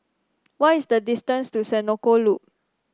what is the distance to Senoko Loop